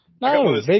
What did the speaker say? No